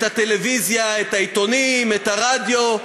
את הטלוויזיה, את העיתונים, את הרדיו,